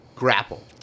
grapple